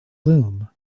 loom